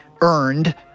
earned